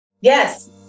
Yes